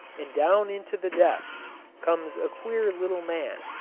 and down into the depths comes a queer little man,